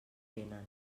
vénen